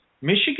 Michigan